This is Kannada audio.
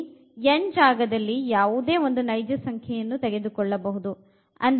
ಇಲ್ಲಿ n ಜಾಗದಲ್ಲಿ ಯಾವುದೇ ನೈಜ ಸಂಖ್ಯೆ ಯನ್ನು ತೆಗೆದುಕೊಳ್ಳಬಹುದು